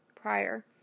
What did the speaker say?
prior